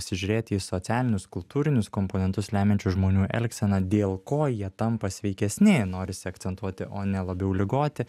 pasižiūrėti į socialinius kultūrinius komponentus lemiančius žmonių elgseną dėl ko jie tampa sveikesni norisi akcentuoti o ne labiau ligoti